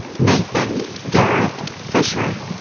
nathan garrett fisher.